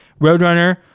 Roadrunner